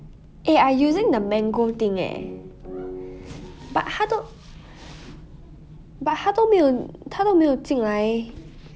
eh I using the mango thing eh but 它都 but 它都没有它都没有进来